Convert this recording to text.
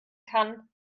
kann